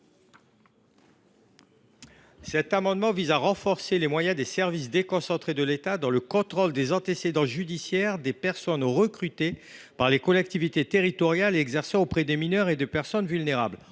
amendement tend à renforcer les moyens des services déconcentrés de l’État dans le contrôle des antécédents judiciaires des personnes recrutées par les collectivités territoriales et exerçant auprès de mineurs et de personnes vulnérables.